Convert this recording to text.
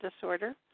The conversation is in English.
disorder